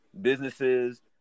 businesses